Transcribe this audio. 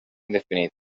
indefinit